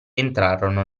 entrarono